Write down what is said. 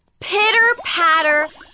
Pitter-patter